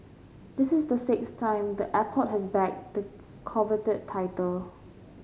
this is the sixth time the airport has bagged the coveted title